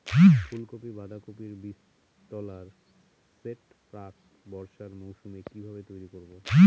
ফুলকপি বাধাকপির বীজতলার সেট প্রাক বর্ষার মৌসুমে কিভাবে তৈরি করব?